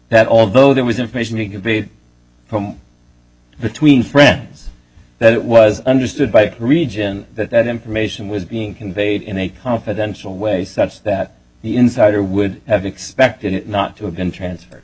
that although there was information he could be home between friends that it was understood by region that that information was being conveyed in a confidential way such that the insider would have expected it not to have been transfer